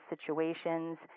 situations